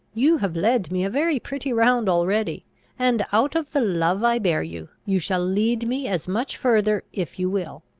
you have led me a very pretty round already and, out of the love i bear you, you shall lead me as much further, if you will.